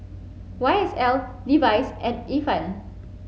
Y S L Levi's and Ifan